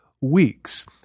weeks